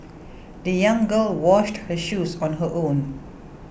the young girl washed her shoes on her own